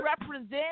represent